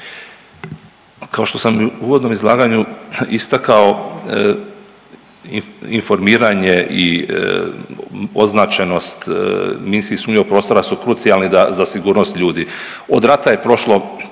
Kao što sam u uvodnom izlaganju istakao informiranje i označenost minski sumnjivog prostora su krucijalni da za sigurnost ljudi. Od rata je prošlo